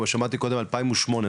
שמעתי ב-2008,